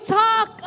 talk